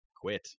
quit